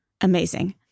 Amazing